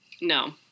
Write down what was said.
No